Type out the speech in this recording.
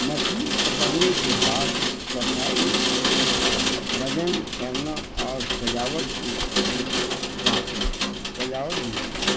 مچھلی پکڑنے کے بعد صفائی وزن کرنا اور سجاوٹ کی جاتی ہے سجاوٹ بھی کی جاتی ہے